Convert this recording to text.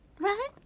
Right